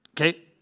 Okay